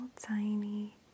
tiny